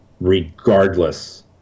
regardless